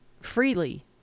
freely